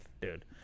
dude